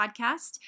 Podcast